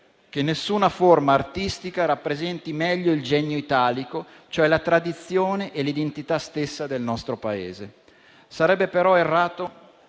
che nessuna forma artistica rappresenti meglio il genio italico, cioè la tradizione e l'identità stessa del nostro Paese. Sarebbe però errato